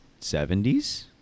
70s